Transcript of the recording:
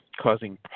causing